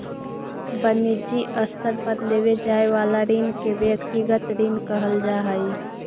वनिजी स्तर पर लेवे जाए वाला ऋण के व्यक्तिगत ऋण कहल जा हई